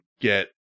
get